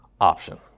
option